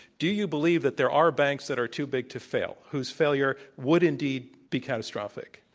do you believe that there are banks that are too big to fail, whose failure would indeed be catastrophic?